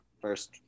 first